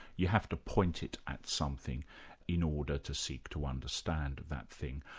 you have to point it at something in order to seek to understand that thing.